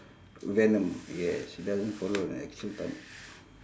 venom yes it doesn't follow the actual time